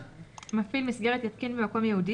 " מפעיל מסגרת יתקין במקום ייעודי,